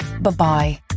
Bye-bye